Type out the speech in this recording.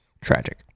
Tragic